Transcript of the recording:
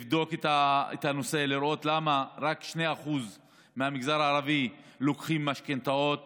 כדי לבדוק את הנושא ולראות למה רק 2% מהמגזר הערבי לוקחים משכנתאות